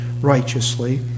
righteously